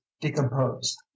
decomposed